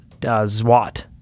zwat